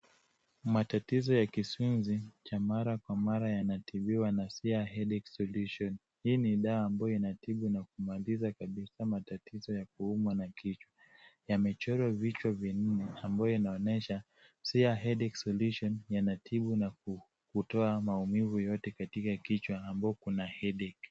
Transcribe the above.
Matatizo ya kisunzi cha mara kwa mara yanatibiwa na Siha Headache Solusion. Hii ni dawa ambayo inatibu na kumaliza kabisa matatizo ya kuumwa na kichwa. Yamechorwa vichwa vinne ambayo yanaonyesha siha Headache Solutions yanatibu na kutoa maumivu yote katika kichwa ambayo kuna headache .